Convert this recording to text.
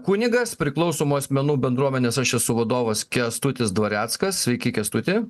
kunigas priklausomų asmenų bendruomenės aš esu vadovas kęstutis dvareckas sveiki kęstuti